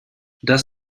does